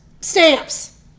stamps